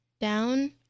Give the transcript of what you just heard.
down